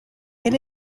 elle